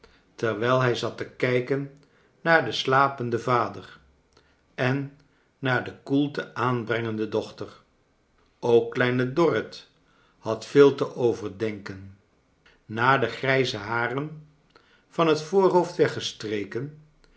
terwijl hij zat te kijkcn naar den slapenden vader en kleine dokrit na ar de koelte aanbrengende dochter ook kleine dorrit had veel te overdenken ka de grijze haren van het voorhoofd weggestrekcn